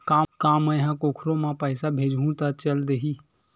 का मै ह कोखरो म पईसा भेजहु त चल देही?